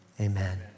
amen